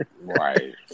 right